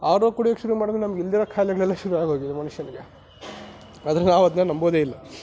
R O ಕುಡಿಯೋಕ್ಕೆ ಶುರು ಮಡಿದ ಮೇಲೆ ನಮಗೆ ಇಲ್ಲದೆಯಿರೋ ಕಾಯಿಲೆಗಳೆಲ್ಲ ಶುರುವಾಗೋಗಿದೆ ಮನುಷ್ಯನಿಗೆ ಆದರೆ ನಾವು ಅದನ್ನ ನಂಬೋದೇ ಇಲ್ಲ